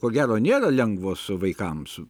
ko gero nėra lengvos vaikams